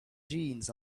jeans